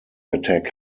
attack